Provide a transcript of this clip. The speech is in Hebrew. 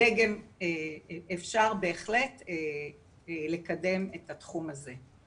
אפשר בהחלט לקדם את התחום הזה.